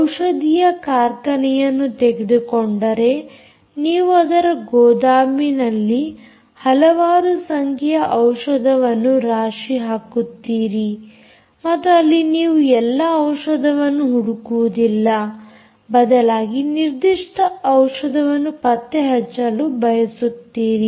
ಔಷಧೀಯ ಕಾರ್ಖಾನೆಯನ್ನು ತೆಗೆದುಕೊಂಡರೆ ನೀವು ಅದರ ಗೋದಾಮಿನಲ್ಲಿ ಹಲವಾರು ಸಂಖ್ಯೆಯ ಔಷಧವನ್ನು ರಾಶಿ ಹಾಕುತ್ತೀರಿ ಮತ್ತು ಅಲ್ಲಿ ನೀವು ಎಲ್ಲಾ ಔಷಧವನ್ನು ಹುಡುಕುವುದಿಲ್ಲ ಬದಲಾಗಿ ನಿರ್ದಿಷ್ಟ ಔಷಧವನ್ನು ಪತ್ತೆ ಹಚ್ಚಲು ಬಯಸುತ್ತೀರಿ